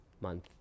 month